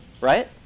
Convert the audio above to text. right